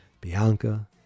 Bianca